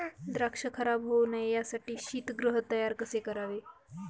द्राक्ष खराब होऊ नये यासाठी शीतगृह तयार कसे करावे?